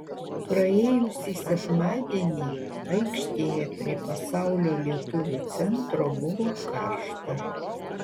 praėjusį sekmadienį aikštėje prie pasaulio lietuvių centro buvo karšta